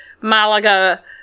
malaga